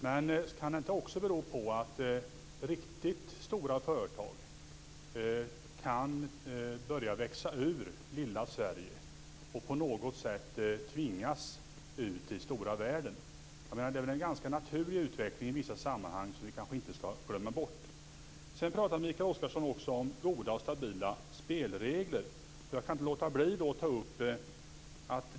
Men kan det inte också bero på att riktigt stora företag börjar växa ur lilla Sverige och på något sätt tvingas ut i stora världen? Det är väl en ganska naturlig utveckling i vissa sammanhang som vi kanske inte skall glömma bort. Mikael Oscarsson talade också om goda och stabila spelregler. Jag kan inte låta bli att då säga följande.